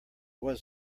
was